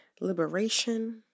Liberation